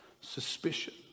suspicion